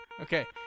Okay